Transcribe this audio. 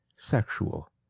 sexual